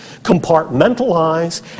compartmentalize